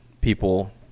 people